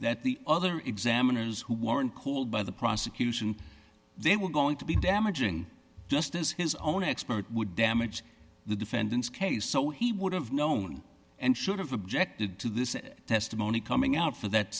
that the other examiners who weren't cooled by the prosecution they were going to be damaging just as his own expert would damage the defendant's case so he would have known and should have objected to this testimony coming out for that